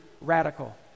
radical